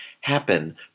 happen